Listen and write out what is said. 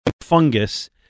fungus